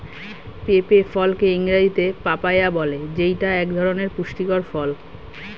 পেঁপে ফলকে ইংরেজিতে পাপায়া বলে যেইটা এক ধরনের পুষ্টিকর ফল